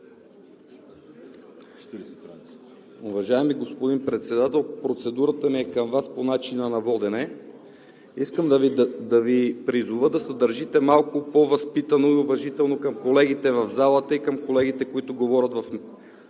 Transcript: Уважаеми господин Председател, процедурата ми по начина на водене е към Вас. Искам да Ви призова да се държите малко по-възпитано и уважително към колегите в залата и към колегите, които говорят от